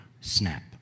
snap